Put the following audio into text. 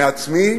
מעצמי,